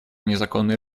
незаконный